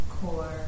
core